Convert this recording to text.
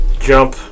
Jump